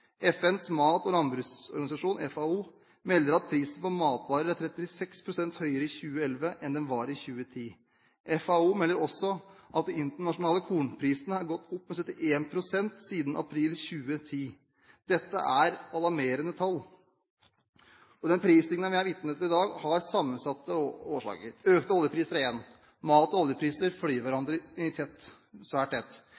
FNs mat- og landbruksorganisasjon, FAO, melder at prisen på matvarer er 36 pst. høyere i 2011 enn i 2010. FAO melder også at de internasjonale kornprisene har gått opp med 71 pst. siden april 2010. Dette er alarmerende tall. Den prisstigningen vi er vitne til i dag, har sammensatte årsaker: Økte oljepriser er en – mat- og oljepriser